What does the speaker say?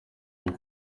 mbi